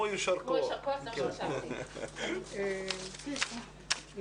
הישיבה ננעלה בשעה 11:03.